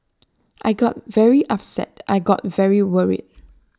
I got very upset I got very worried